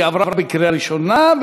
היא עברה בקריאה ראשונה,